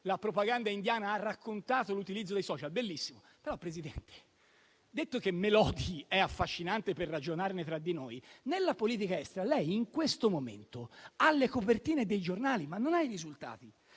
la propaganda indiana ha raccontato l'utilizzo dei *social*. Bellissimo. Però, Presidente, detto che «Melodi» è affascinante per ragionarne tra di noi, in politica estera lei in questo momento ha le copertine dei giornali, ma non i risultati.